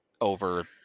over